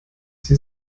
sie